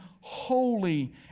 holy